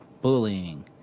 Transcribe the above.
bullying